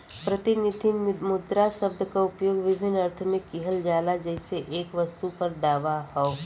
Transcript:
प्रतिनिधि मुद्रा शब्द क उपयोग विभिन्न अर्थ में किहल जाला जइसे एक वस्तु पर दावा हौ